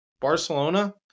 Barcelona